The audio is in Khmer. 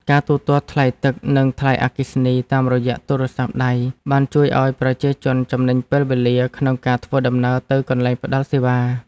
ការទូទាត់ថ្លៃទឹក និងថ្លៃអគ្គិសនីតាមរយៈទូរស័ព្ទដៃបានជួយឱ្យប្រជាជនចំណេញពេលវេលាក្នុងការធ្វើដំណើរទៅកន្លែងផ្តល់សេវា។